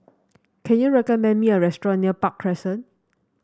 can you recommend me a restaurant near Park Crescent